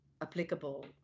applicable